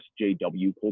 sjw